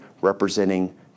representing